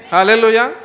Hallelujah